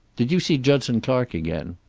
did you see judson clark again?